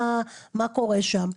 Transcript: מה קורה שם.